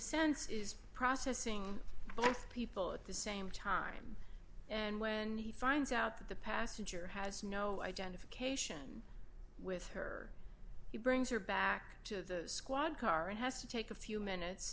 sense is processing both people at the same time and when he finds out that the passenger has no identification with her he brings her back to the squad car and has to take a few minutes